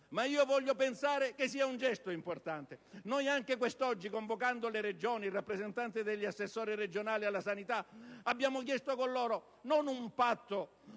ma voglio pensare che sia anche un gesto importante. Anche oggi, convocando i rappresentanti degli assessori regionali alla sanità, abbiamo chiesto con loro non un patto